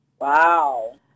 Wow